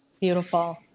Beautiful